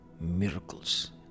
miracles